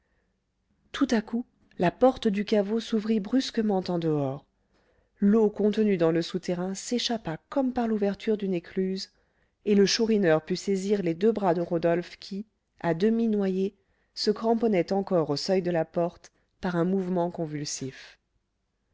tout à coup la porte du caveau s'ouvrit brusquement en dehors l'eau contenue dans le souterrain s'échappa comme par l'ouverture d'une écluse et le chourineur put saisir les deux bras de rodolphe qui à demi noyé se cramponnait encore au seuil de la porte par un mouvement convulsif